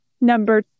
number